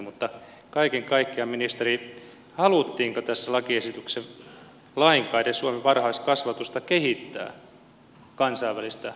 mutta kaiken kaikkiaan ministeri haluttiinko tässä lakiesityksessä lainkaan edes suomen varhaiskasvatusta kehittää kansainvälistä tasoa vastaavaksi